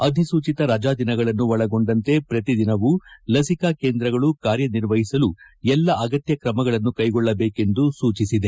ಅಧಿಸೂಚಿತ ರಜಾ ದಿನಗಳನ್ನು ಒಳಗೊಂಡಂತೆ ಪ್ರತಿ ದಿನವೂ ಲಸಿಕಾ ಕೇಂದ್ರಗಳು ಕಾರ್ಯನಿರ್ವಹಿಸಲು ಸಾಧ್ಯವಾಗುವಂತೆ ಎಲ್ಲಾ ಅಗತ್ಯ ಕ್ರಮಗಳನ್ನು ಕೈಗೊಳ್ಳಜೇಕೆಂದು ಸೂಚಿಸಿದೆ